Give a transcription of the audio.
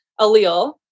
allele